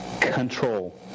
control